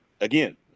again